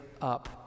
up